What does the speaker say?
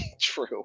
True